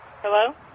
Hello